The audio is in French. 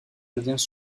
indiens